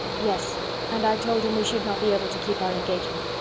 yes and i told him we should not be able to keep our engagement.